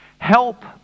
help